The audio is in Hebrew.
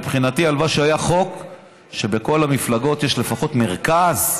מבחינתי הלוואי שהיה חוק שבכל המפלגות יש לפחות מרכז.